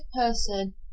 person